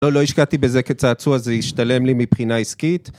לא, לא השקעתי בזה כצעצוע, זה השתלם לי מבחינה עסקית.